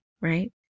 Right